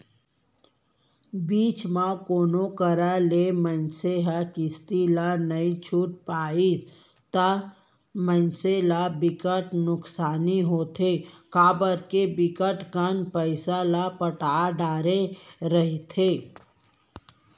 बीच म कोनो कारन ले मनसे ह किस्ती ला नइ छूट पाइस ता मनसे ल बिकट के नुकसानी होथे काबर के बिकट कन पइसा ल पटा डरे रहिथे